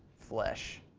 flesh,